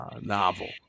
novel